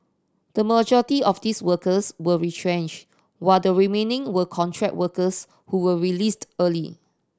the majority of these workers were retrenched while the remaining were contract workers who were released early